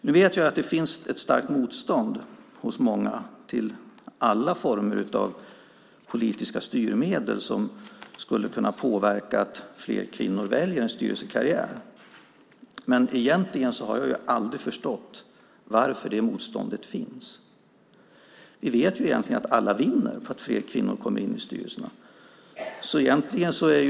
Nu vet jag att det finns ett starkt motstånd hos många mot alla former av politiska styrmedel som skulle kunna påverka fler kvinnor att välja en styrelsekarriär, men jag har egentligen aldrig förstått varför det motståndet finns. Vi vet att alla vinner på att fler kvinnor kommer in i styrelserna.